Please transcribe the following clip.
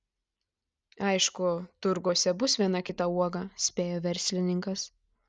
aišku turguose bus viena kita uoga spėjo verslininkas